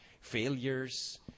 failures